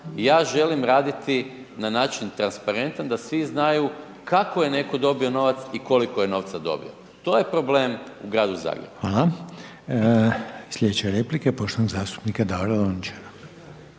ja želim raditi na način transparentan da svi znaju kako je netko dobio novac i koliko je novca dobio, to je problem u gradu Zagrebu. **Reiner, Željko (HDZ)** Hvala. Slijedeća replika je poštovanog zastupnika Davora Lončara.